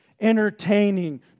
entertaining